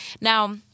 Now